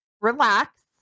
Relax